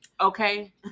okay